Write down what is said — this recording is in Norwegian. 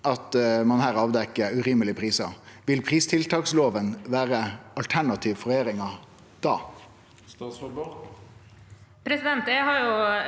at ein her avdekker urimelege prisar, vil pristiltaksloven da vere eit alternativ for regjeringa?